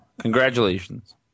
Congratulations